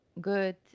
Good